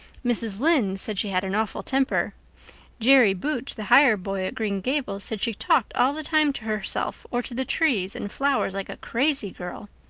mrs. lynde said she had an awful temper jerry buote, the hired boy at green gables, said she talked all the time to herself or to the trees and flowers like a crazy girl.